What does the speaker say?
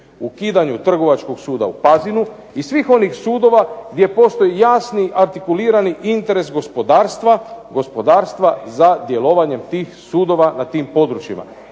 ukidanju Trgovačkog suda u Pazinu i svih onih sudova gdje postoji jasni artikulirani interes gospodarstva, gospodarstva za djelovanjem tih sudova na tim područjima,